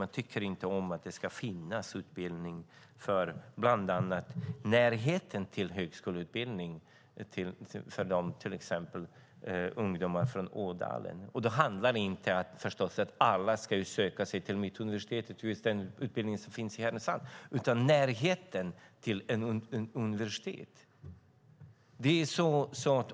Man tycker inte att det ska finnas närhet till högskoleutbildning för till exempel ungdomar från Ådalen. Då handlar det förstås inte om att alla ska söka sig till den utbildning som finns i Härnösand, utan det handlar om närheten till ett universitet.